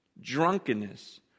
drunkenness